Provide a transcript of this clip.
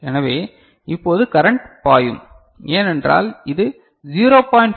எனவே இப்போது கரன்ட் பாயும் ஏனென்றால் இது 0